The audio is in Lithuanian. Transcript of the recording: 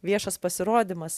viešas pasirodymas